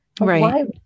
Right